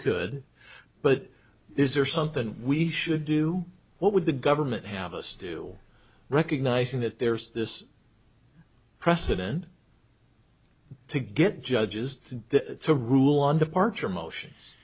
could but is there something we should do what would the government have us do recognizing that there's this precedent to get judges to rule on departure motions